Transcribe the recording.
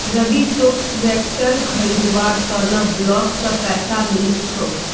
रवि तोक ट्रैक्टर खरीदवार त न ब्लॉक स पैसा मिलील छोक